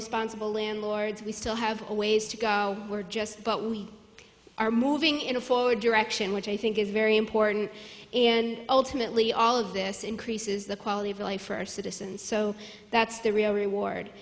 responsible landlords we still have a ways to go we're just but we are moving in a forward direction which i think is very important and ultimately all of this increases the quality of life for our citizens so that's the real reward